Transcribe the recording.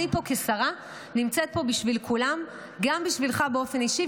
אני פה כשרה ונמצאת פה בשביל כולם וגם בשבילך באופן אישי.